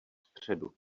středu